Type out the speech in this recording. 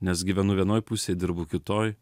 nes gyvenu vienoj pusėj dirbu kitoj